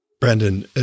Brandon